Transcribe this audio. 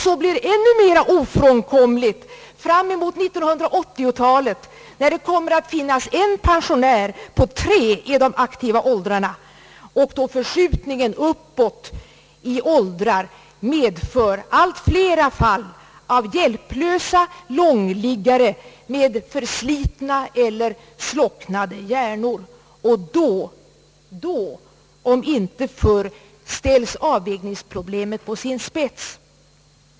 Så blir ännu mer ofrånkomligt fram emot 1980-talet då det kommer att finnas en pensionär på tre i de aktiva åldrarna, och då förskjutningen uppåt i åldrar medför allt flera fall av hjälplösa långliggare med förslitna eller slocknade hjärnor. Då om inte förr ställs avvägningsproblemet på sin spets.